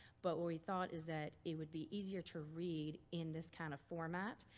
but what we thought is that it would be easier to read in this kind of format.